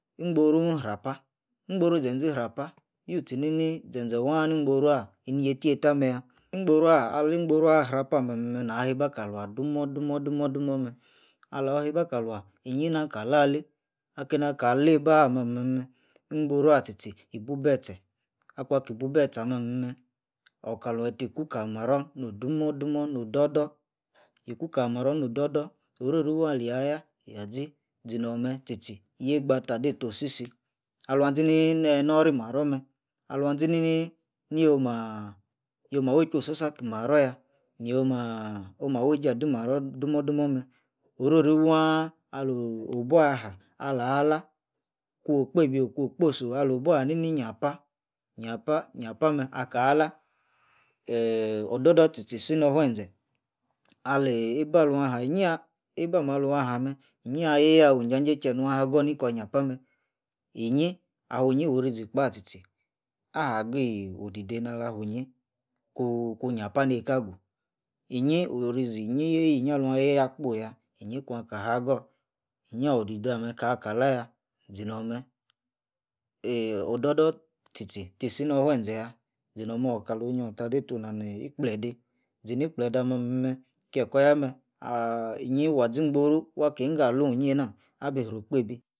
Ingborone ihrapah, ingboru-zen-zen ingborone ihrapah, youra nini zen-zen waah ni-ingboru ah-ineitei-tei meh-yah. ingboruah, ali-ingboruah ihrapah ah-meh-meh nah heiba kalva dumor-dumor-dumor-dumor meh, alah-heiba kalva, inyi, nah-ka lah-lei, ah-keina-kalei bor-ah, meh-meh, ingboruah tchi-tchi ibubeh tse, akuan ki bube tse ah-meh-meh, okalon etti ku-kali marror no-dumor-dumor no'h dor-dor yiku kah-marror no-dor-dor, oriri waah alia-yah, yah-zi, zinor-meh tchi-tchi yeigba tah deitohh si-si, aluanzi ni neh nori marror meh, aluan zinini nio-maaah, yomah wuei-chu osoza aki-marror-yah. nomaah wueijei adi marror dumor-dumor meh, orori waah alooh-obwua aha, ala-lah kwone-kpeibio kun-okposi-oo'h, alo'h obwuor ani-ni nyiapah, nyiapa-nyiapah meh, akah- lah, eeeh odor-dor tchi-tchi isi nor-fuenzeh, aliii eibah aluan ha, nyi-yah eiba meh-aluan ha-meh, inyi-yah. atei yah awui-injajei chie nua-hagor ni-kor nyapah meh, inyi, ahwinyi orozi kpa tchi-tchi ahagii odidei nala fu-inyi ku-kuh-nyiapa neika-gu. inyi orizi, inyi-yeiyi-nyi aduan yeiyah akpo-yah inyi-kuan kahagor, inyi oh-didei kuan ka lah yah, zinor meh, eeeh odor-dor tchi-tchi tisi nor fuenzeh yah, zinor meh okalo'oh onyioh tah deito nah ni ikpledei, zini-kpleidei ah-meh-meh kie-kor yah meh, aah inyi waah zi-ingboru wah ki-ingo ah lun nah abi nro-kpeibi.